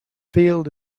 field